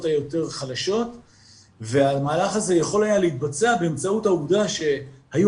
היותר חלשות והמהלך הזה יכול היה להתבצע באמצעות העובדה שהיו